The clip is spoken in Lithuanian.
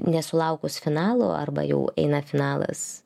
nesulaukus finalų arba jau eina finalas